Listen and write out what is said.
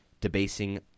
debasing